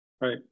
right